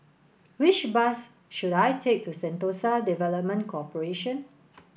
which bus should I take to Sentosa Development Corporation